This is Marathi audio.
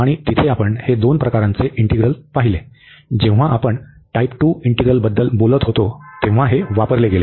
आणि तिथे आपण हे दोन प्रकारांचे इंटीग्रल पाहिले जेव्हा आपण टाइप 2 इंटीग्रल बद्दल बोलत होतो तेव्हा हे वापरले गेले